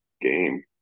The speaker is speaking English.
game